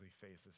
faces